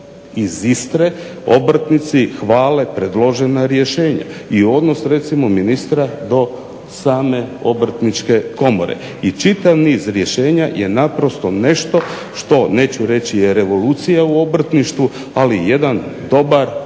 iz Istre obrtnici hvale predložena rješenja. I odnos recimo ministra do same obrtničke komore. I čitav niz rješenja je naprosto nešto što neću reći je revolucija u obrtništvu ali jedan dobar iskorak